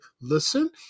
listen